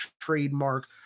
trademark